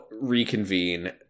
reconvene